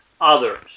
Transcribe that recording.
others